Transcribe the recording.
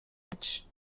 edge